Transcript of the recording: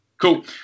Cool